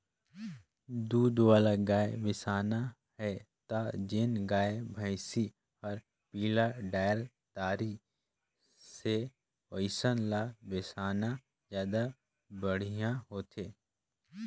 दूद वाला गाय बिसाना हे त जेन गाय, भइसी हर पिला डायर दारी से ओइसन ल बेसाना जादा बड़िहा होथे